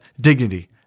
dignity